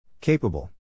Capable